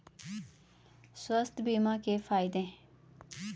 स्वास्थ्य बीमा के फायदे हैं?